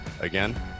Again